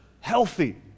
healthy